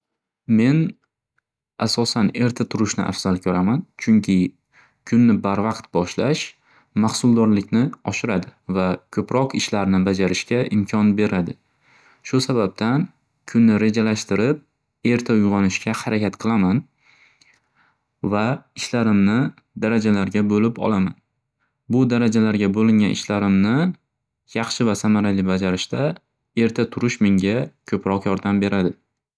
Men asosan erta turishni afzal ko'raman. Chunki kunni barvaqt boshlash maxsuldorlikni oshiradi va ko'proq ishlarni bajarishga imkon beradi. Shu sababdan kunni rejalashtirib erta uyg'onishga harakat qilaman va ishlarimni darajalarga bo'lib olaman. Bu darajalarga bo'lingan ishlarimni yaxshi va samarali bajarishda erta turish menga ko'proq yordam beradi.